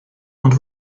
und